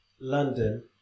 London